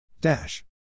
Dash